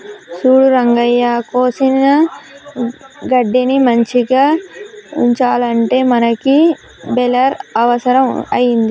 సూడు రంగయ్య కోసిన గడ్డిని మంచిగ ఉంచాలంటే మనకి బెలర్ అవుసరం అయింది